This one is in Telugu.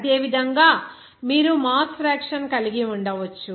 అదేవిధంగామీరు మాస్ ఫ్రాక్షన్ కలిగి ఉండవచ్చు